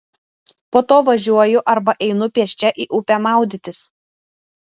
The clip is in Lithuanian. po to važiuoju arba einu pėsčia į upę maudytis